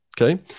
Okay